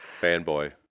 Fanboy